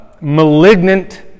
malignant